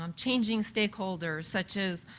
um changing stakeholder such as